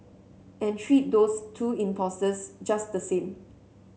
and treat those two impostors just the same